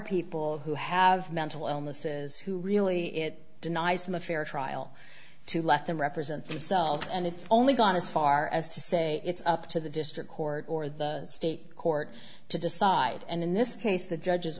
people who have mental illnesses who really it denies them a fair trial to let them represent themselves and it's only gone as far as to say it's up to the district court or the state court to decide and in this case the judge